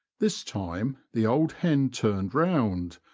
this time the old hen turned round,